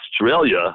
Australia